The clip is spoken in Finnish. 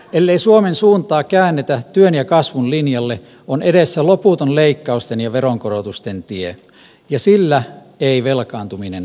ellei suomen suuntaa käännetä työn ja kasvun linjalle on edessä loputon leikkausten ja veronkorotusten tie ja sillä ei velkaantuminen taitu